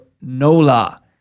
NOLA